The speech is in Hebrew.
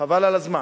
חבל על הזמן,